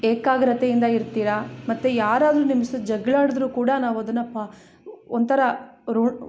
ಏಕಾಗ್ರತೆಯಿಂದ ಇರ್ತೀರ ಮತ್ತು ಯಾರಾದರು ನಿಮ್ಮ ಸ ಜೊತೆ ಜಗ್ಳಾಡಿದ್ರು ಕೂಡ ನಾವು ಅದನ್ನು ಪಾ ಒಂಥರ ರೋ